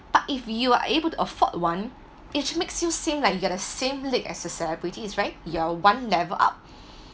but if you are able to afford one it makes you seem like you get a same league as celebrities right you're one level up